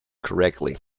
correctly